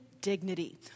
dignity